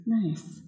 nice